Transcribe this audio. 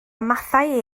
mathau